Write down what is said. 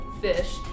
fish